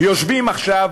יושבים עכשיו